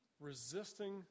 resisting